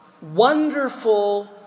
wonderful